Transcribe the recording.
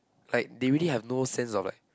like they really have no sense of like